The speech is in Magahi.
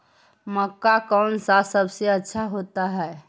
मक्का कौन सा सबसे अच्छा होता है?